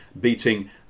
beating